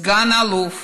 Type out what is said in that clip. סגן אלוף,